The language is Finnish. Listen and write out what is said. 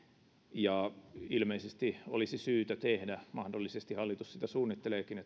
ilmeisesti palkkatuen maksatukseen olisi syytä tehdä jonkinlainen kokonaisuudistus mahdollisesti hallitus suunnitteleekin